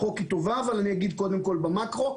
החוק היא טובה אבל אגיד קודם כל במאקרו.